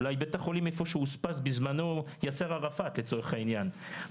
אולי בית החולים איפה שאושפז בזמנו יאסר ערפאת לצורך העניין,